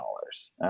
dollars